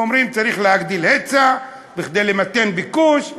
אומרים שצריך להגדיל היצע כדי למתן ביקוש,